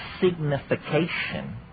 signification